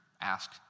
ask